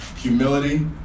humility